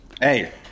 Hey